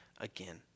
again